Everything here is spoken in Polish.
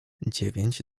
dziewięć